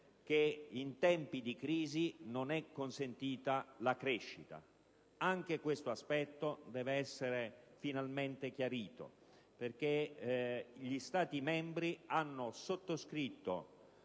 cui in tempi di crisi non sarebbe consentita la crescita. Anche questo aspetto deve essere finalmente chiarito: gli Stati membri hanno sottoscritto